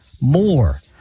more